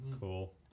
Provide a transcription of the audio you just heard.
Cool